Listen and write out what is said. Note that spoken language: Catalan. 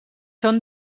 són